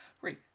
Great